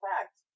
fact